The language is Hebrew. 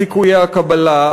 סיכויי הקבלה,